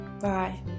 Bye